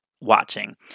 watching